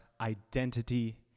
identity